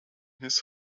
his